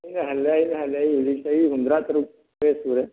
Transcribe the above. ꯑꯩꯅ ꯍꯜꯂꯦ ꯑꯩꯅ ꯍꯜꯂꯦ ꯑꯩ ꯍꯧꯖꯤꯛ ꯆꯍꯤ ꯍꯨꯝꯐꯨ ꯇꯔꯥ ꯇꯔꯨꯛ ꯇꯔꯦꯠ ꯁꯨꯔꯦ